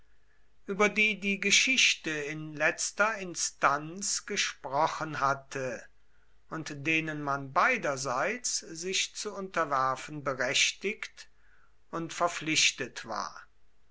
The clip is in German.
über die die geschichte in letzter instanz gesprochen hatte und denen man beiderseits sich zu unterwerfen berechtigt und verpflichtet war